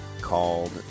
called